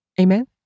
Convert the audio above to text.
Amen